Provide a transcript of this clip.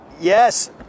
Yes